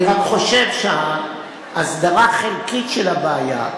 אני רק חושב שהסדרה חלקית של הבעיה,